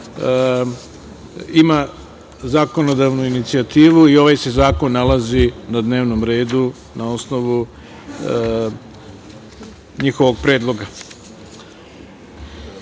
ima zakonodavnu inicijativu i ovaj se zakon nalazi na dnevnom redu na osnovu njihovog predloga. Molim